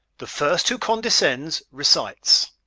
the first who condescends recites.